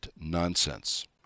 nonsense